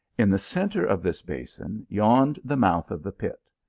in the centre of this basin yawned the mouth of the pit.